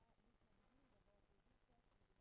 הצעת החוק חוזרת לדיון בוועדת החוץ והביטחון.